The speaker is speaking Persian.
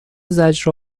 زجر